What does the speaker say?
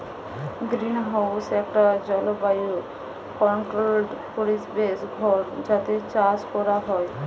greenhouse একটা জলবায়ু controlled পরিবেশ ঘর যাতে চাষ কোরা হয়